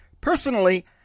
Personally